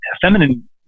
feminine